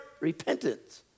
Repentance